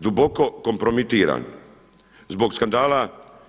duboko kompromitiran zbog skandala